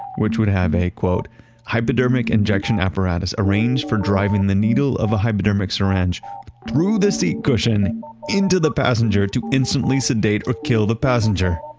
which would have a hypodermic injection apparatus, arranged for driving the needle of a hypodermic syringe through the seat cushion into the passenger, to instantly sedate or kill the passenger.